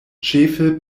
ĉefe